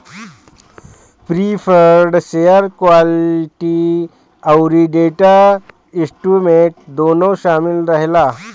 preferred share equity अउरी debt instrument दूनो शामिल रहेला